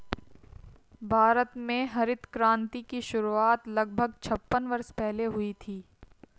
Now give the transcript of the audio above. भारत में हरित क्रांति की शुरुआत लगभग छप्पन वर्ष पहले हुई थी